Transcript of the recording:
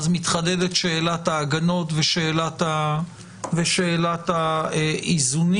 אז מתחדדת שאלת ההגנות ושאלת האיזונים.